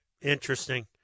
Interesting